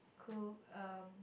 cook um